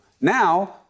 Now